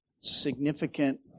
significant